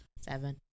Seven